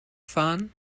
fahren